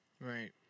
Right